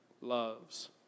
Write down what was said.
loves